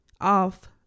off